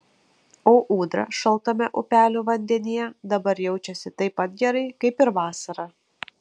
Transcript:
o ūdra šaltame upelio vandenyje dabar jaučiasi taip pat gerai kaip ir vasarą